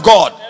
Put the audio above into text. God